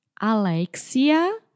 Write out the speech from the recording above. Alexia